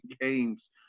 games